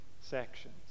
sections